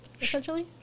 essentially